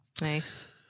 Nice